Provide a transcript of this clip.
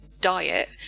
diet